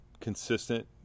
consistent